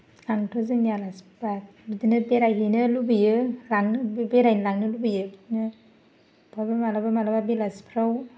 आंथ' जोंनि आलासि फैबा बिदिनो बेरायहैनो लुबैयो लां बेरायनो लांनो लुबैयो बिदिनो बहायबा मालाबा मालाबा बेलासिफोराव